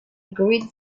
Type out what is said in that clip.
green